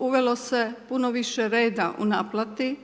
uvelo se puno više reda u naplati,